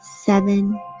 seven